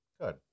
Good